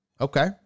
Okay